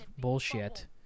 bullshit